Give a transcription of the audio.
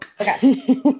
Okay